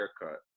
haircut